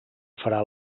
farà